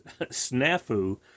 snafu